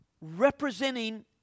representing